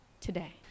today